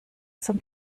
zum